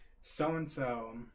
so-and-so